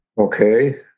Okay